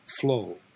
flow